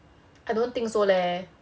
I don't think so leh